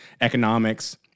economics